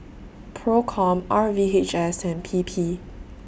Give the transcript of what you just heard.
PROCOM R V H S and P P